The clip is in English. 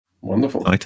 Wonderful